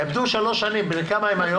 יאבדו שלוש שנים, בני כמה הם היום?